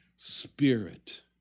Spirit